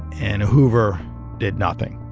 and hoover did nothing,